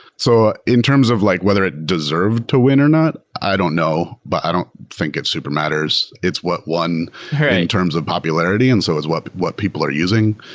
so in terms of like whether it deserved to win or not, i don't know. but i don't think it super matters. it's what one and in terms of popularity, and so is what but what people are using.